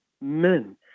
men